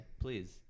Please